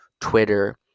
Twitter